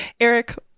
Eric